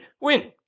win